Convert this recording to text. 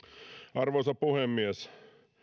arvoisa puhemies